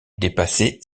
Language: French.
dépassait